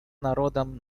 народом